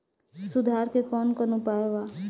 सुधार के कौन कौन उपाय वा?